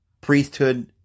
priesthood